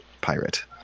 pirate